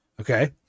Okay